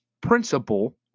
principal